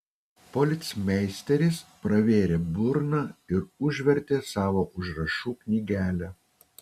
policmeisteris pravėrė burną ir užvertė savo užrašų knygelę